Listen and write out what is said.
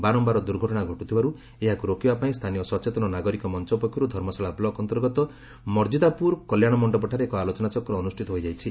ବାରଂବାର ଦୁର୍ଘଟଣା ଘଟୁଥିବାରୁ ଏହାକୁ ରୋକିବା ପାଇଁ ସ୍ତାନୀୟ ସଚେତନ ନାଗରିକ ମଂଚ ପକ୍ଷରୁ ଧର୍ମଶାଳା ବୁକ ଅନ୍ତର୍ଗତ ମର୍ଜିତାପୁର କଲ୍ୟାଣ ମଣ୍ଡପ ଠାରେ ଏକ ଆଲୋଚନା ଚକ୍ର ଅନୁଷ୍ପିତ ହୋଇଯାଇଛି